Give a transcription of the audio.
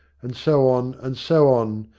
and so on, and so on,